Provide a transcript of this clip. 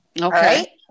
Okay